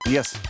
Yes